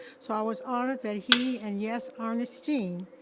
so i was honored that he, and yes, ernestine,